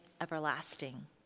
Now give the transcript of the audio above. everlasting